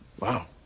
Wow